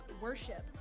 worship